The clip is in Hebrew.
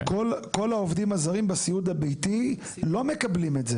כל העובדים הזרים בסיעוד הביתי לא מקבלים את זה.